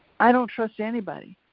i don't trust anybody,